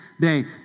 day